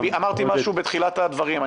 אני אמרתי משהו בתחילת הדברים.